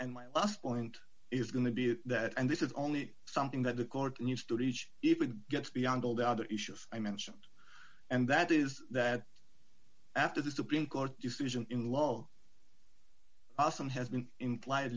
and my last point is going to be that and this is only something that the court needs to reach if it gets beyond all the other issues i mentioned and that is that after the supreme court decision in the low awesome has been implied